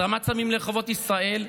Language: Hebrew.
הזרמת סמים לרחובות ישראל,